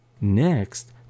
Next